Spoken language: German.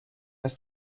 ist